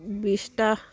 বিছটা